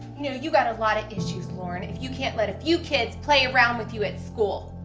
know, you gotta lot of issues, lauren. if you can't let a few kids play around with you at school,